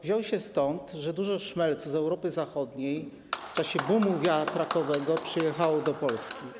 Wziął się stąd, że dużo szmelcu z Europy Zachodniej w czasie boomu wiatrakowego przyjechało do Polski.